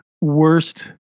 worst